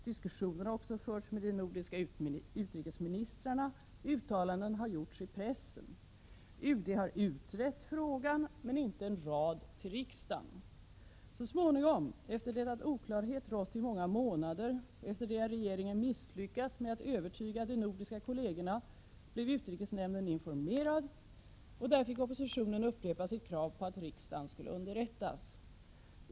Diskussioner har också förts med de nordiska utrikesministrarna, och uttalanden har gjorts i pressen. UD har utrett frågan, men inte en rad har skrivits till riksdagen. Så småningom, efter det att oklarhet rått i många månader och efter det att regeringen misslyckats med att övertyga de nordiska kollegerna, blev utrikesnämnden informerad. Vid utrikesnämndens sammanträde fick oppositionen upprepa sitt krav på att riksdagen skulle underrättas.